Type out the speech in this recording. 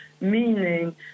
meaning